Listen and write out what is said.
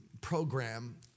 program